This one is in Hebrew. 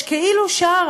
יש כאילו שער,